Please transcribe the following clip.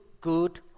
good